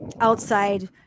outside